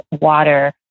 water